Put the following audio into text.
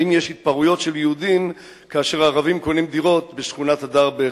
האם יש התפרעויות של יהודים כאשר ערבים קונים דירות בשכונת הדר בחיפה?